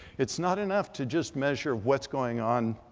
it's not enough to just measure what's going on.